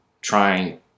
trying